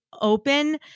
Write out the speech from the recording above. open